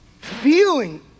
feeling